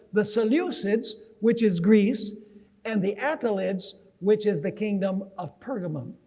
the seleucids which is greece and the accolades which is the kingdom of pergamum